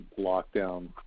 lockdown